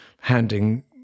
handing